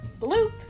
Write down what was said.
Bloop